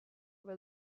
were